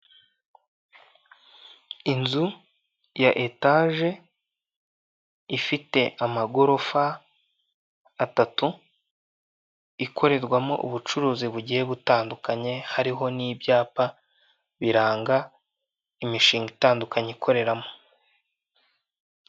Inzu ya etaje ifite amagorofa atatu ikorerwamo ubucuruzi bugiye butandukanye hariho n'ibyapa biranga imishinga itandukanye ikoreramo.